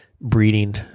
breeding